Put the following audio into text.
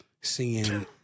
seeing